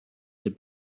the